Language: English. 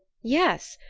yes,